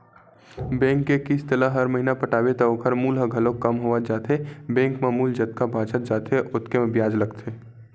bank के किस्त ल हर महिना पटाबे त ओखर मूल ह घलोक कम होवत जाथे बेंक म मूल जतका बाचत जाथे ओतके म बियाज लगथे